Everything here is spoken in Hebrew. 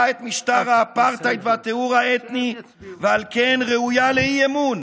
את משטר האפרטהייד והטיהור האתני ועל כן ראויה לאי-אמון,